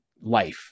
life